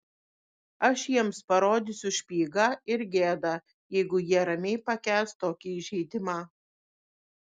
aš jiems parodysiu špygą ir gėda jeigu jie ramiai pakęs tokį įžeidimą